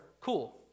cool